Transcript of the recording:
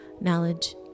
knowledge